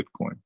Bitcoin